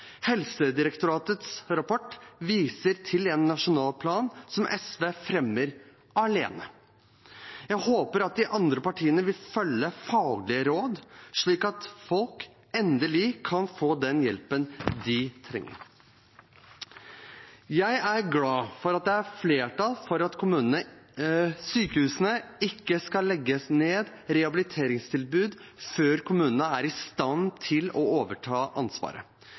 Helsedirektoratets rapport viser til en nasjonal plan – som SV fremmer alene. Jeg håper at de andre partiene vil følge faglige råd, slik at folk endelig kan få den hjelpen de trenger. Jeg er glad for at det er flertall for at sykehusene ikke kan legge ned rehabiliteringstilbud før kommunene er i stand til å overta ansvaret.